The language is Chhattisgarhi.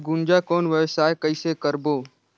गुनजा कौन व्यवसाय कइसे करबो?